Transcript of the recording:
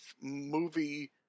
movie